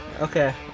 Okay